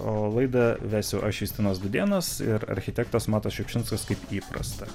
o laidą vesiu aš justinas dudėnas ir architektas matas šiupšinskas kaip įprasta